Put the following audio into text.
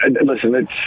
Listen